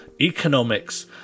economics